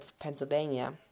Pennsylvania